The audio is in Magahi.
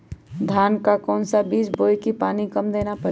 धान का कौन सा बीज बोय की पानी कम देना परे?